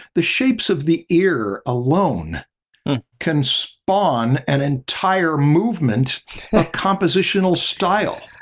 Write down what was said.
the shapes of the ear alone can spawn an entire movement of compositional style.